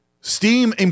Steam